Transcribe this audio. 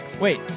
Wait